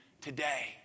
today